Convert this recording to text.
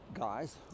guys